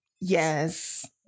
Yes